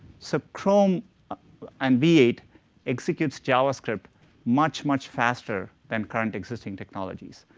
so chrome and v eight executes javascript much, much faster than current existing technologies.